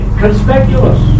conspicuous